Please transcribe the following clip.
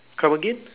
come again